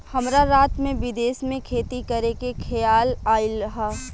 हमरा रात में विदेश में खेती करे के खेआल आइल ह